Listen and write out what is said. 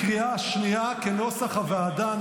בקריאה שנייה כנוסח הוועדה.